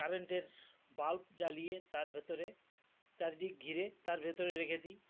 কারেন্টের বাল্ব জ্বালিয়ে তার ভেতরে চারিদিক ঘিরে তার ভেতরে রেখে দিই